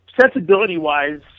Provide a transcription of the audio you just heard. sensibility-wise